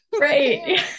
right